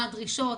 מה הדרישות,